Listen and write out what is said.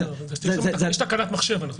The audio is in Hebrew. יש תקלת מחשב.